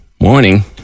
Morning